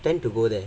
tend to go there